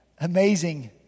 amazing